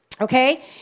Okay